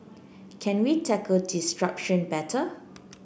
can we tackle disruption better